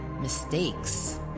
mistakes